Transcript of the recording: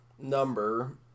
number